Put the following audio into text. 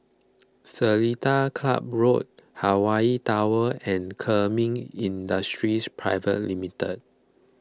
Seletar Club Road Hawaii Tower and Kemin Industries Private Limited